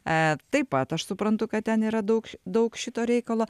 e taip pat aš suprantu kad ten yra daug daug šito reikalo